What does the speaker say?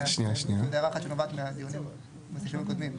הערה אחת שנובעת מהסעיפים הקודמים.